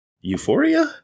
euphoria